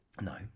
No